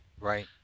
Right